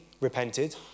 repented